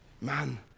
man